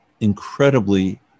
incredibly